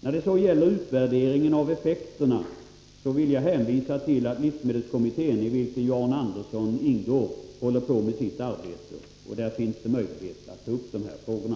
När det så gäller utvärderingen av effekterna vill jag hänvisa till att det i den arbetande livsmedelskommittén, i vilken John Andersson ingår, finns möjlighet att ta upp dessa frågor och